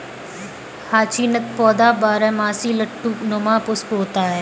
hyacinth पौधा बारहमासी लट्टू नुमा पुष्प होता है